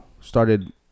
started